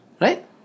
Right